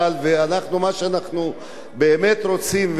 מה שאנחנו באמת רוצים ומקווים,